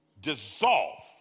Dissolve